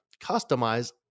customize